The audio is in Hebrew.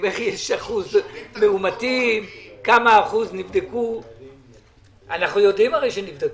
אנחנו הרי יודעים שנבדקים.